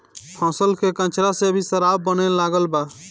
फसल के कचरा से भी शराब बने लागल बा